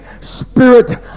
spirit